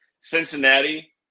Cincinnati